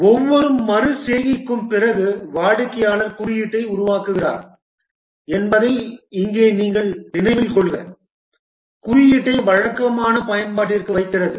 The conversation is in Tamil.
ஒவ்வொரு மறு செய்கைக்கும் பிறகு வாடிக்கையாளர் குறியீட்டை உருவாக்குகிறார் என்பதை இங்கே நினைவில் கொள்க குறியீட்டை வழக்கமான பயன்பாட்டிற்கு வைக்கிறது